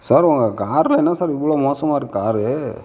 sir உங்கள் காரில் என்ன சார் இவ்வளோ மோசமாயிருக்கு கார்